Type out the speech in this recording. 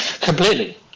Completely